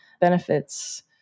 benefits